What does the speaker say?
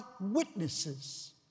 witnesses